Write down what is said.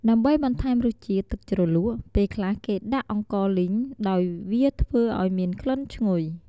ដើម្បីបន្ថែមរសជាតិទឹកជ្រលក់ ពេលខ្លះគេដាក់អង្ករលីង ដោយវាធ្វើឲ្យមានក្លិនឈ្ងុយ។